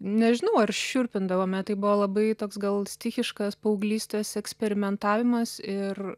nežinau ar šiurpindavome tai buvo labai toks gal stichiškas paauglystės eksperimentavimas ir